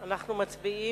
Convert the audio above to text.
אנחנו מצביעים.